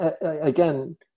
again